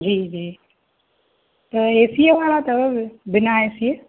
जी जी त एसीअ वारा अथव बिना ए सी